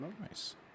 Nice